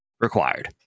required